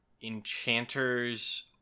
enchanters